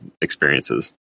experiences